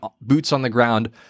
boots-on-the-ground